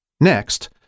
Next